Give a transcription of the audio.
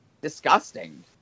disgusting